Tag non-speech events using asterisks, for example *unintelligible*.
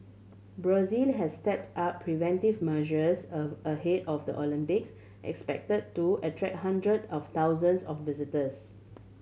Brazil has stepped up preventive measures *unintelligible* ahead of the Olympics expect to attract hundred of thousands of visitors